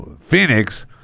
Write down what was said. Phoenix